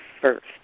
first